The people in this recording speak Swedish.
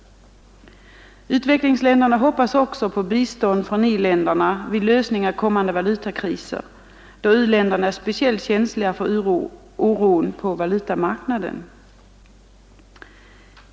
Utvecklingsländerna hoppas också på bistånd från i-länderna vid lösning av kommande valutakriser, då u-länderna är speciellt känsliga för oro på valutamarknaden.